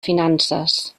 finances